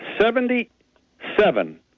Seventy-seven